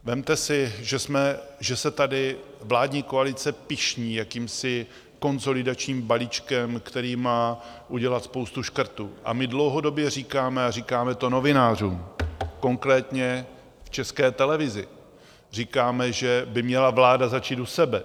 Vezměte si, že jsme že se tady vládní koalice pyšní jakýmsi konsolidačním balíčkem, který má udělat spoustu škrtů, a my dlouhodobě říkáme, a říkáme to novinářům, konkrétně v České televizi, říkáme, že by měla vláda začít u sebe.